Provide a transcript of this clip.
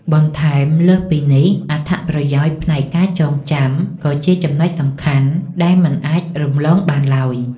បន្ថែមលើសពីនេះ អត្ថប្រយោជន៍ផ្នែកការចងចាំ ក៏ជាចំណុចសំខាន់ដែលមិនអាចរំលងបានឡើយ